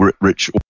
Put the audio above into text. rich